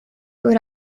would